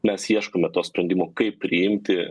mes ieškome to sprendimo kaip priimti